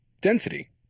Density